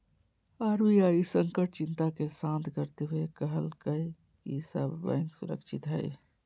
RBI संकट चिंता के शांत करते हुए कहलकय कि सब बैंक सुरक्षित हइ